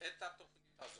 את התכנית הזאת.